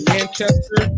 Manchester